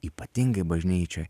ypatingai bažnyčioj